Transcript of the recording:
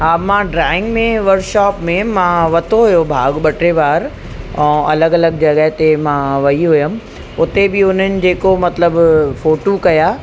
हा मां ड्रॉइंग में वर्कशॉप में मां वरितो हुयो भाॻु ॿ टे बार ऐं अलॻि अलॻि जॻहि ते मां वई हुयमि उते बि उन्हनि जेको मतिलबु फ़ोटूं कया